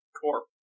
Corp